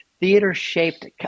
theater-shaped